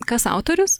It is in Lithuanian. kas autorius